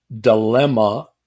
dilemma